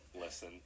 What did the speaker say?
listen